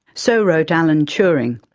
so wrote alan turing.